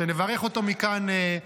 שנברך אותו מכאן,